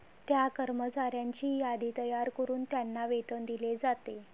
त्या कर्मचाऱ्यांची यादी तयार करून त्यांना वेतन दिले जाते